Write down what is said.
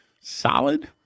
Solid